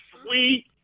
sweet